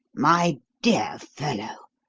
my dear fellow!